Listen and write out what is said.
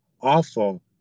awful